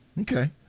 okay